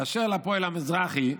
ואשר לפועל המזרחי"